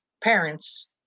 parents